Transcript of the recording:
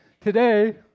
today